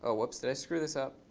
ah whoops. did i screw this up?